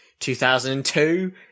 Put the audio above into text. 2002